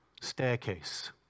staircase